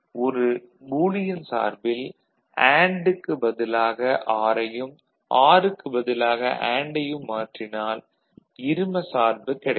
ஒரு பூலியன் சார்பில் அண்டு க்கு பதிலாக ஆர் ஐயும் ஆர் க்கு பதிலாக அண்டு ஐயும் மாற்றினால் இரும சார்பு கிடைக்கும்